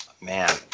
Man